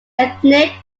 ethnic